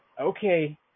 okay